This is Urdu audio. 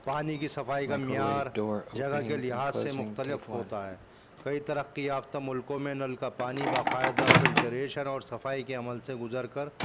پانی کی صفائی کا معیار جگہ کے لحاظ سے مختلف ہوتا ہے کئی ترقی یافتہ ملکوں میں نل کا پانی باقاعدہ فلٹریشن اور صفائی کے عمل سے گزر کر